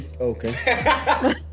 Okay